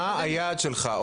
מה היעד שלך?